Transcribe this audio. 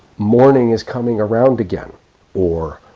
morning is coming around again or,